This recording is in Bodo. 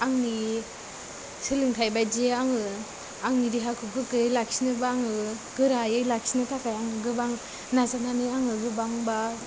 आंनि सोलोंथाय बादियै आङो आंनि देहाखौ गोग्गोयै लाखिनोबा आङो गोरायै लाखिनो थाखाय आङो गोबां नाजानानै आङो गोबां बा